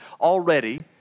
already